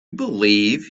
believe